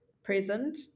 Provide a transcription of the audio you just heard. present